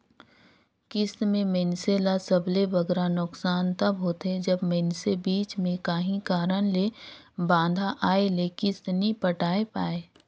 किस्त में मइनसे ल सबले बगरा नोसकान तब होथे जब मइनसे बीच में काहीं कारन ले बांधा आए ले किस्त नी पटाए पाए